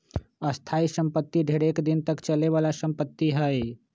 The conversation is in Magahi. स्थाइ सम्पति ढेरेक दिन तक चले बला संपत्ति हइ